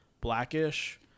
Blackish